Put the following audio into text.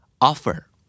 Offer